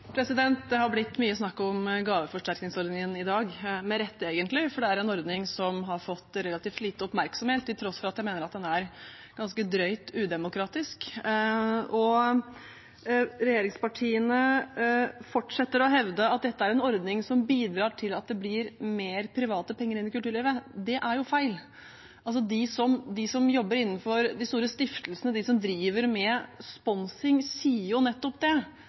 Det har blitt mye snakk om gaveforsterkningsordningen i dag, med rette egentlig, mener jeg, for det er en ordning som har fått relativt lite oppmerksomhet, til tross for at den er ganske drøyt udemokratisk. Regjeringspartiene fortsetter å hevde at dette er en ordning som bidrar til at det blir mer private penger inn i kulturlivet. Det er feil. De som jobber innenfor de store stiftelsene, og de som driver med sponsing, sier jo nettopp det.